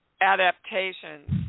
adaptations